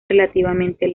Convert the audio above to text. relativamente